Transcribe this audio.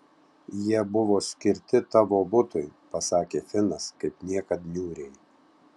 jie buvo skirti tavo butui pasakė finas kaip niekad niūriai